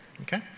Okay